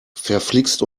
verflixt